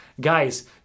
Guys